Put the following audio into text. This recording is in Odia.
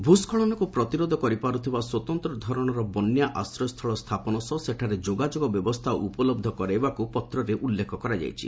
ଭୂସ୍ଖଳନକୁ ପ୍ରତିରୋଧ କରିପାରୁଥିବା ସ୍ୱତନ୍ତ୍ର ଧରଣର ବନ୍ୟା ଆଶ୍ରୟସ୍ଥଳ ସ୍ଥାପନ ସହ ସେଠାରେ ଯୋଗାଯୋଗ ବ୍ୟବସ୍ଥା ଉପଲହ କରାଇବାକୁ ପତ୍ରରେ ଉଲ୍ଲେଖ କରିଛନ୍ତି